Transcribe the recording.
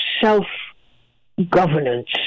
self-governance